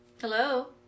Hello